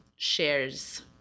Shares